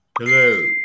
Hello